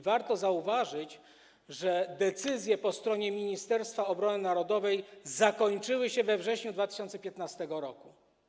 Warto zauważyć, że decyzje po stronie ministerstwa obrony narodowej zakończyły się we wrześniu 2015 r.